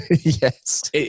Yes